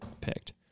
picked